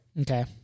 Okay